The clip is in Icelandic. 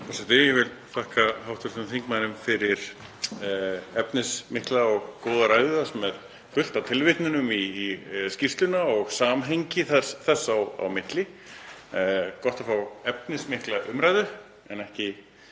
Forseti. Ég vil þakka hv. þingmanni fyrir efnismikla og góða ræðu þar sem er fullt af tilvitnunum í skýrsluna og samhengi þess á milli. Það er gott að fá efnismikla umræðu en ekki